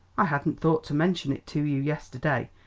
i hadn't thought to mention it to you yesterday,